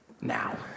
now